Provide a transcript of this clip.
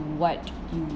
what you